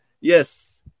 Yes